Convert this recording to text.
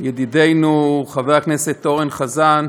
ידידנו חבר הכנסת אורן חזן,